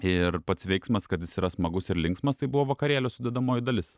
ir pats veiksmas kad jis yra smagus ir linksmas tai buvo vakarėlio sudedamoji dalis